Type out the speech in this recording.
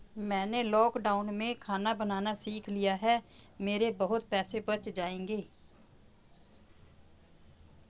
मैंने लॉकडाउन में खाना बनाना सीख लिया है, मेरे बहुत पैसे बच जाएंगे